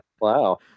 Wow